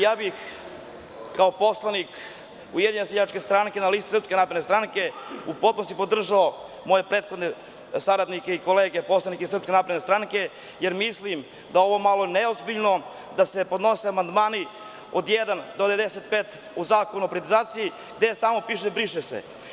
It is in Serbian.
Ja bih, kao poslanik Ujedinjene seljačke stranke na listi SNS, u potpunosti podržavam moje prethodne saradnike i kolege poslanike SNS, jer mislim da je ovo malo neozbiljno, da se podnose amandmani od 1. do 95. u Zakonu o privatizaciji gde samo piše – briše se.